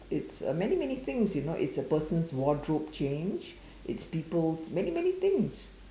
it's uh many many things you know it's person's wardrobe change it's people's many many things